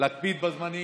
להקפיד בזמנים.